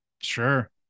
Sure